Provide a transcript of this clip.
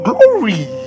Glory